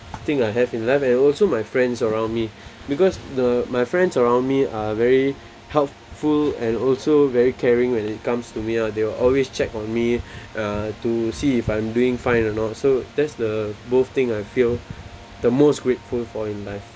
I think I have in life and also my friends around me because the my friends around me are very helpful and also very caring when it comes to me lah they will always check on me uh to see if I'm doing fine or not so that's the both thing I feel the most grateful for in life